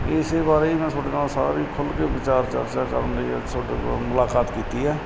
ਇਸ ਬਾਰੇ ਮੈਂ ਤੁਹਾਡੇ ਨਾਲ ਸਾਰੇ ਖੁੱਲ ਕੇ ਵਿਚਾਰ ਚਰਚਾ ਕਰਨ ਲਈ ਅੱਜ ਤੁਹਾਡੇ ਕੋਲ ਮੁਲਾਕਾਤ ਕੀਤੀ ਹੈ